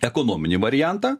ekonominį variantą